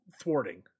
thwarting